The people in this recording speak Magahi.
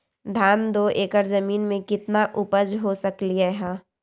धान दो एकर जमीन में कितना उपज हो सकलेय ह?